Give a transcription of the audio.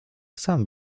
sam